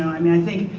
i mean, i think,